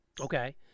Okay